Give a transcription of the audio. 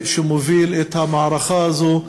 שמוביל את המערכה הזאת.